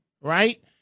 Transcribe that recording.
right